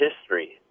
history